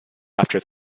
after